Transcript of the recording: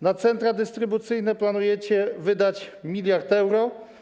Na centra dystrybucyjne planujecie wydać 1 mld euro.